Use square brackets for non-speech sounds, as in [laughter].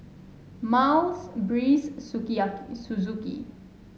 Miles Breeze [unintelligible] Suzuki